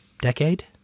decade